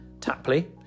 Tapley